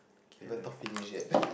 haven't talk finish yet